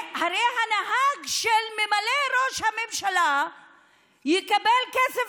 הרי הנהג של ממלא ראש הממשלה יקבל יותר כסף